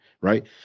right